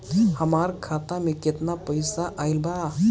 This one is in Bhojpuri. हमार खाता मे केतना पईसा आइल बा?